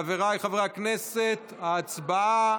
חבריי חברי הכנסת, ההצבעה.